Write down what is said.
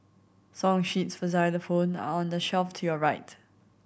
song sheets for xylophone are on the shelf to your right